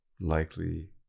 likely